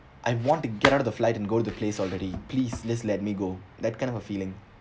I want to get out of the flight and go to the place already please just let me go that kind of feeling